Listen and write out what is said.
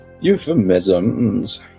Euphemisms